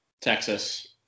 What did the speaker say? Texas